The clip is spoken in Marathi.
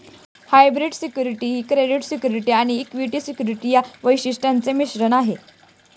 हायब्रीड सिक्युरिटी ही क्रेडिट सिक्युरिटी आणि इक्विटी सिक्युरिटी या वैशिष्ट्यांचे मिश्रण आहे